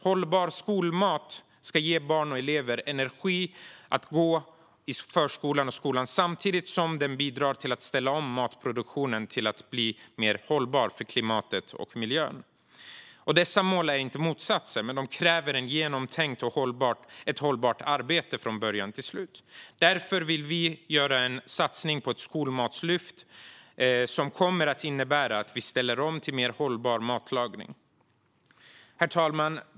Hållbar skolmat ska ge barn och elever energi att gå i förskolan och skolan samtidigt som den bidrar till att ställa om matproduktionen till att bli mer hållbar för klimatet och miljön. Dessa mål är inte motsatser, men de kräver ett genomtänkt och hållbart arbete från början till slut. Därför vill vi göra en satsning på ett skolmatslyft som kommer att innebära att vi ställer om till mer hållbar matlagning.